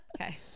okay